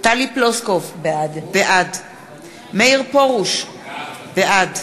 טלי פלוסקוב, בעד מאיר פרוש, בעד